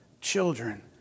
children